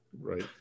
Right